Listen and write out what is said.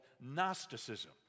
Gnosticism